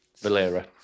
Valera